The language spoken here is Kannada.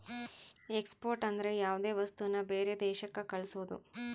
ಎಕ್ಸ್ಪೋರ್ಟ್ ಅಂದ್ರ ಯಾವ್ದೇ ವಸ್ತುನ ಬೇರೆ ದೇಶಕ್ ಕಳ್ಸೋದು